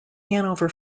hanover